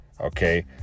Okay